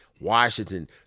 Washington